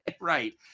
Right